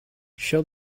show